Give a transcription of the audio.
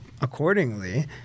accordingly